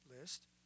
list